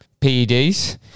PEDs